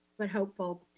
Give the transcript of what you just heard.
but hopeful.